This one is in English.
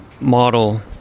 model